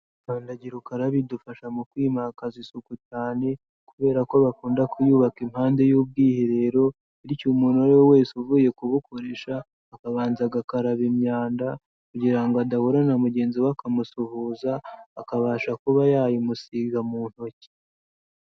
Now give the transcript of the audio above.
Kandagira ukarabe idufasha mu kwimakaza isuku cyane, kubera ko bakunda kuyubaka impande y'ubwiherero, bityo umuntu uwo ari we wese uvuye kubukoresha, akabanza agakaraba imyanda, kugira ngo adahura na mugenzi we akamusuhuza, akabasha kuba yayimusiga mu ntoki.